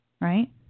right